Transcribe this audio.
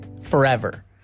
forever